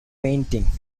painting